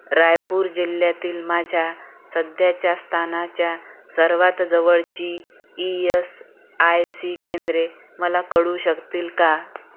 रायपूर जिल्ह्यातील माझ्या सध्याच्या स्थानाच्या सर्वात जवळची ई एस आय सी केंद्रे मला कळू शकतील का